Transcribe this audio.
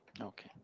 Okay